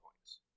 points